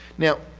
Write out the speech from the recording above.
now,